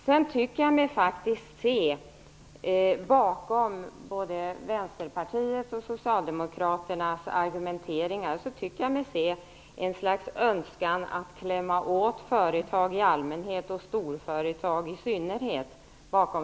Jag tycker mig bakom både Vänsterpartiets och Socialdemokraternas argumenteringar se en slags önskan att klämma åt företag i allmänhet och storföretag i synnerhet.